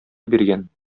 биргән